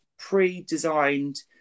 pre-designed